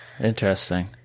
interesting